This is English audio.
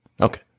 Okay